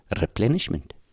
replenishment